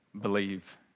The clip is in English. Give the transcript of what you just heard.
believe